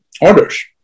orders